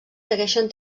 segueixen